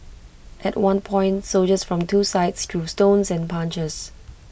at one point soldiers from two sides threw stones and punches